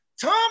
Tom